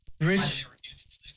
Rich